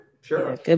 Sure